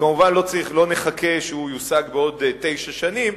כמובן לא נחכה שהוא יושג עוד תשע שנים.